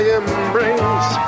embrace